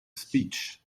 speech